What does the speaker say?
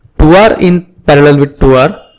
two r in parallel with two r.